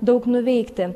daug nuveikti